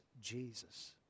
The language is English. Jesus